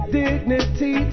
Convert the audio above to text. dignity